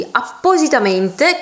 appositamente